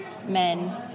men